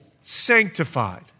sanctified